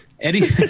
Eddie